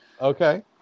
Okay